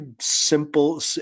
simple